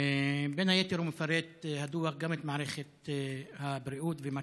בין היתר, הדוח מפרט גם את מערכת הבריאות ומצבה.